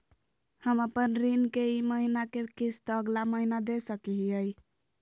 हम अपन ऋण के ई महीना के किस्त अगला महीना दे सकी हियई?